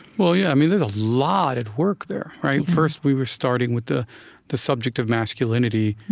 well, yeah, i mean there's a lot at work there, right? first, we were starting with the the subject of masculinity